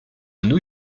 new